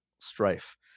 strife